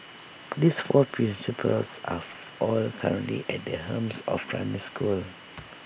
these four principals are of all currently at the helm of primary schools